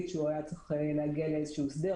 שהוא היה צריך להגיע לאיזה שהוא הסדר,